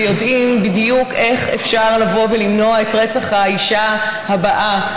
ויודעים בדיוק איך אפשר למנוע את רצח האישה הבאה,